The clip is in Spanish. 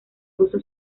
ruso